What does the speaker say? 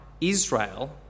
Israel